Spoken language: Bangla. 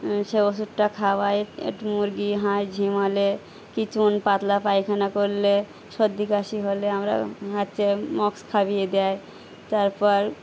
সে ওষুধটা খাওয়াই একটু মুরগি হাঁস ঝিমালে কিছু পাতলা পায়খানা করলে সর্দি কাশি হলে আমরা হচ্ছে মক্স খাইয়ে দেয় তারপর